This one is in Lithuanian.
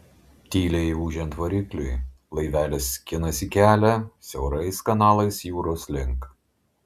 tyliai ūžiant varikliui laivelis skinasi kelią siaurais kanalais jūros link